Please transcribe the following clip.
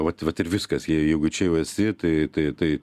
vat vat ir viskas jeigu čia jau esi tai tai tai